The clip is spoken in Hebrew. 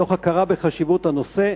מתוך הכרה בחשיבות הנושא,